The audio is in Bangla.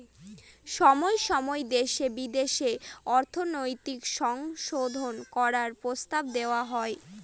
সময় সময় দেশে বিদেশে অর্থনৈতিক সংশোধন করার প্রস্তাব দেওয়া হয়